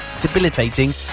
debilitating